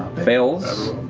fails.